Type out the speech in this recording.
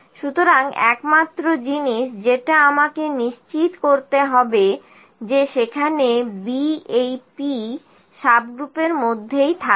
সুতরাং একমাত্র জিনিস যেটা আমাকে নিশ্চিত করতে হবে যে সেখানে B এই P সাবগ্রুপের মধ্যেই থাকবে